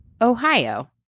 Ohio